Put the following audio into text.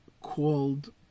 called